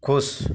खुश